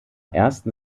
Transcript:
ersten